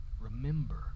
remember